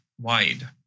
wide